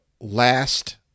last